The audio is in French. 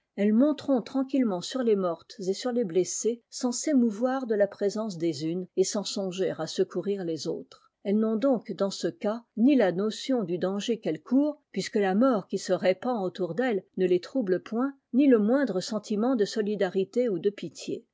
elles monteront tranquillement sur les mortes et sur les blessées sans s'émouvoir de la présence des unes et sans songer à secourir les autres elles n'ont donc dans co cas ni la notion du danger qu'elles courent puisque la mort qui e répand autour d'elles ne les trouble point ni le moindre sentiment de solidarité ou de pitié